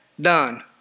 done